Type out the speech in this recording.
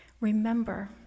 Remember